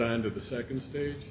on to the second stage